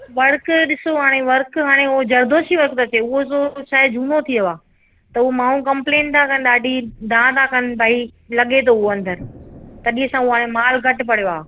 work ॾिसो हाणे work हाणे हू जर्दोजी वर्क थो अचे उहो छा आहे हाणे झूनो थी वियो आहे त उहो माण्हू कम्पलेन था कनि ॾाढी दांहं था कनि भाई लॻे थो उहो अंदरि तॾहिं असां उहो हाणे मालु घटि भरियो आहे